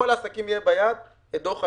לכל העסקים יהיה ביד את דוח 2019,